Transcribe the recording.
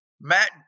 Matt